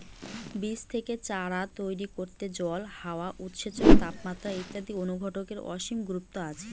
বীজ থেকে চারা তৈরি করতে জল, হাওয়া, উৎসেচক, তাপমাত্রা ইত্যাদি অনুঘটকের অসীম গুরুত্ব আছে